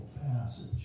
passage